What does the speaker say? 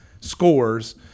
scores